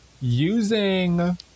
using